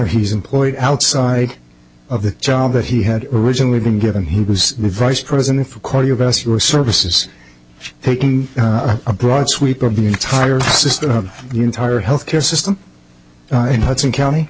honor he's employed outside of the job that he had originally been given he was the vice president for cardiovascular services taking a broad sweep of the entire system the entire health care system in hudson county